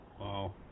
Wow